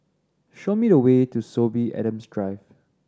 show me the way to Sorby Adams Drive